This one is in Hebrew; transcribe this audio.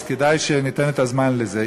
אז כדאי שניתן את הזמן לזה.